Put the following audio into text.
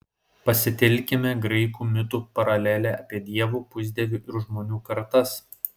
pasitelkime graikų mitų paralelę apie dievų pusdievių ir žmonių kartas